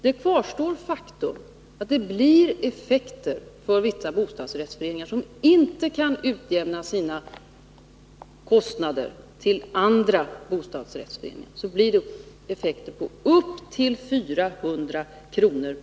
Faktum kvarstår, att det med det moderata förslaget blir effekter för vissa bostadsrättsföreningar, som inte kan utjämna sina kostnader i förhållande till andra bostadsrättsföreningar, innebärande upp till 400 kr.